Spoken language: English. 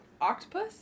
octopus